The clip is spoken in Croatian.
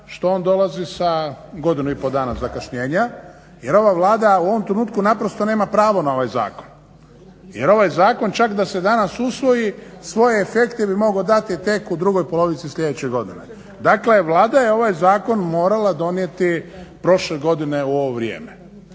što on dolazi sa godinu i pol dana zakašnjenja jer ova Vlada u ovom trenutku naprosto nema pravo na ovaj zakon jer ovaj zakon čak da se danas usvoji svoje efekte bi mogao dati tek u drugoj polovici sljedeće godine. Dakle Vlada je ovaj zakon morala donijeti prošle godine u ovo vrijeme